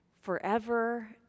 forever